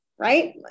Right